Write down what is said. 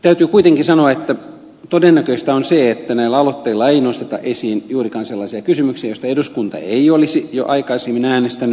täytyy kuitenkin sanoa että todennäköistä on se että näillä aloitteilla ei nosteta esiin juurikaan sellaisia kysymyksiä joista eduskunta ei olisi jo aikaisemmin äänestänyt